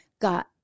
got